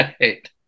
right